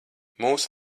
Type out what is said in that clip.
mūs